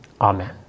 Amen